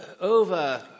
over